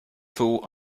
full